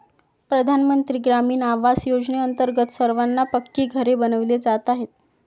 प्रधानमंत्री ग्रामीण आवास योजनेअंतर्गत सर्वांना पक्की घरे बनविली जात आहेत